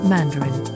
Mandarin